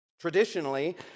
Traditionally